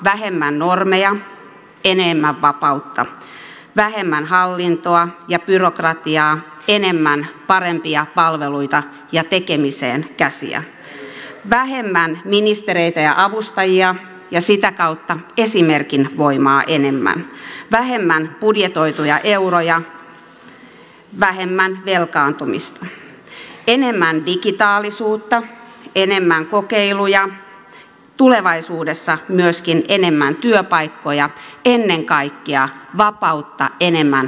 vähemmän normeja enemmän vapautta vähemmän hallintoa ja byrokratiaa enemmän parempia palveluita ja tekemiseen käsiä vähemmän ministereitä ja avustajia ja sitä kautta esimerkin voimaa enemmän vähemmän budjetoituja euroja vähemmän velkaantumista enemmän digitaalisuutta enemmän kokeiluja tulevaisuudessa myöskin enemmän työpaikkoja ennen kaikkea vapautta enemmän kansalaisille